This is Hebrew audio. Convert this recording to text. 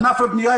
ענף הבנייה,